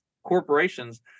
corporations